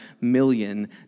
million